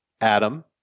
Adam